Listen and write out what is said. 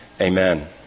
Amen